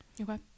Okay